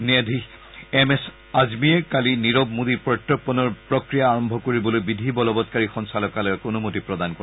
ন্যায়াধীশ M S আজমীয়ে কালি নীৰৱ মোদীৰ প্ৰত্যাৰ্পণৰ প্ৰক্ৰিয়া আৰম্ভ কৰিবলৈ বিধি বলৱৎকাৰী সঞ্চালকালয়ক অনুমতি প্ৰদান কৰে